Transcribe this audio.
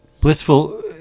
Blissful